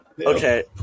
Okay